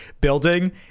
building